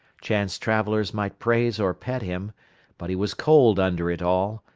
chance travellers might praise or pet him but he was cold under it all,